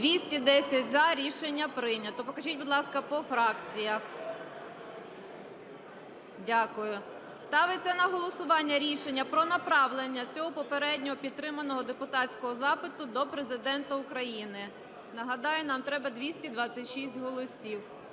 За-210 Рішення прийнято. Покажіть, будь ласка, по фракціях. Дякую. Ставиться на голосування рішення про направлення цього попередньо підтриманого депутатського запиту до Президента України. Нагадаю, нам треба 226 голосів.